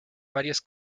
varios